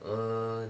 uh